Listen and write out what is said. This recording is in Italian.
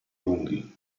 lunghi